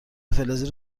فلزی